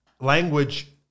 language